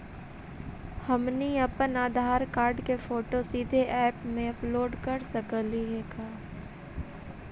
हमनी अप्पन आधार कार्ड के फोटो सीधे ऐप में अपलोड कर सकली हे का?